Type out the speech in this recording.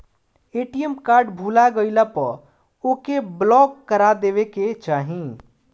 ATM card भूला गईला पअ ओके ब्लाक करा देवे के चाही